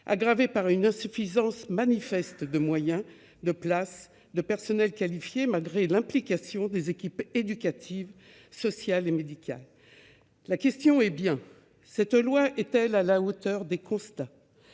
aggravés par une insuffisance de moyens, de places, de personnels qualifiés, malgré l'implication des équipes éducatives, sociales et médicales. La question est bien celle-ci : ce texte est-il à la hauteur des constats ?